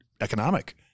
economic